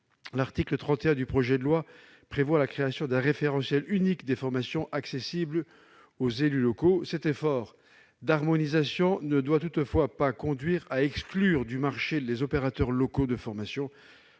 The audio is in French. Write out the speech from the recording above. l'article 31 du projet de loi prévoit la création d'un référentiel unique des formations accessibles aux élus locaux. Cet effort d'harmonisation ne doit toutefois pas conduire à exclure du marché les opérateurs locaux de formation,